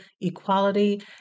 equality